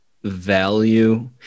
value